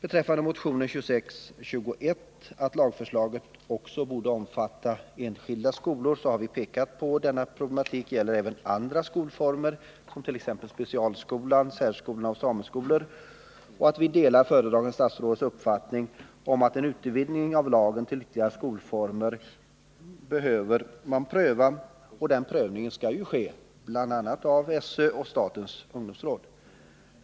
Beträffande motionen 2621, att lagförslaget också borde omfatta enskilda skolor, har vi pekat på att denna problematik gäller även andra skolformer, t.ex. specialskolan, särskolorna och sameskolorna. Vi delar föredragande statsrådets uppfattning att en utvidgning av lagen till ytterligare skolformer behöver prövas. Denna prövning skall ju ske bl.a. av skolöverstyrelsen och statens ungdomsråd.